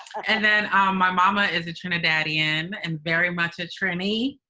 and then my mama is a trinidadian, and very much a trini.